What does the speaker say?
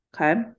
okay